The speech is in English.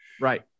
right